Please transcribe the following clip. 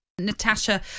Natasha